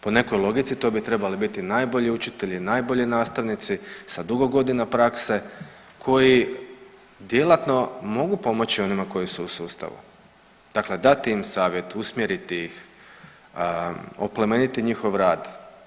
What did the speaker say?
Po nekoj logici to bi trebali biti najbolji učitelji, najbolji nastavnici sa dugo godina prakse koji djelatno mogu pomoći onima koji su u sustavu, dakle dati im savjet, usmjeriti ih, oplemeniti njihov rad.